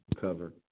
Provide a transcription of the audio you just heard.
cover